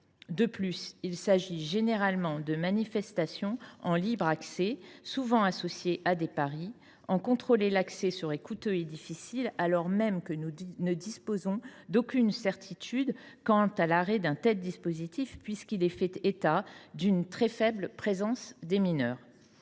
En outre, il s’agit généralement de manifestations en libre accès, souvent associées à des paris. En contrôler l’accès serait coûteux et difficile alors même que nous ne disposons d’aucune certitude quant à l’intérêt d’un tel dispositif, puisqu’il est fait état d’une très faible présence de mineurs.